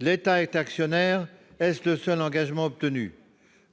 L'État est actionnaire, est-ce le seul engagement obtenu ?